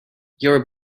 your